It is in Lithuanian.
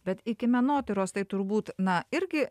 bet iki menotyros tai turbūt na irgi